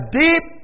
deep